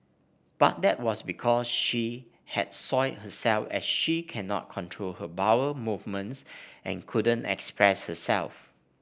but that was because she had soiled herself as she cannot control her bowel movements and couldn't express herself